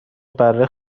بره